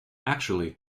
actually